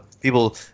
People